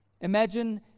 Imagine